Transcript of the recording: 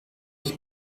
ich